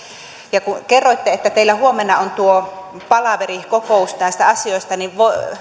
kun kerroitte että teillä huomenna on tuo palaveri kokous näistä asioista niin